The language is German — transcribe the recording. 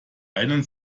einen